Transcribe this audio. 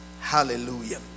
Hallelujah